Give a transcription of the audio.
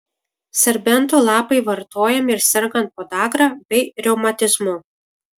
serbentų lapai vartojami ir sergant podagra bei reumatizmu